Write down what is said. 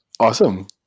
awesome